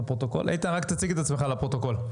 איתן, רק תציג את עצמך לפרוטוקול.